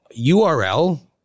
URL